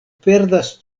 perdas